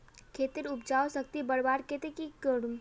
खेतेर उपजाऊ शक्ति बढ़वार केते की की करूम?